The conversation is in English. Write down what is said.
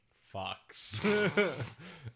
Fox